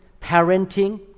parenting